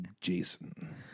Jason